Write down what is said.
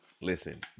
Listen